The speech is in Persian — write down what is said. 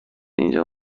اینجا